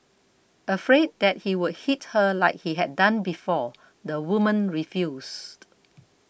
afraid that he would hit her like he had done before the woman refused